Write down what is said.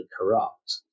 corrupt